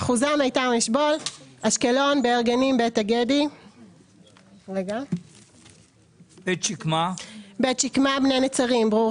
אחוזם איתן אשבול אשקלון באר גנים בית הגדי בית שקמה בני נצרים ברור